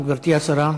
גברתי השרה.